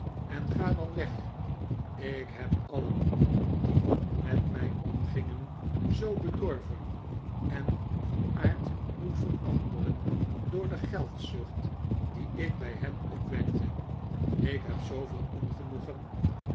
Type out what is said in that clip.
en ga dan weg ik heb alien die met mij omgingen zoo bedorven en van aard doen veranderen door de geldzucht die ik bij hen opwekte ik heb zooveel ongenoegen